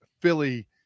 Philly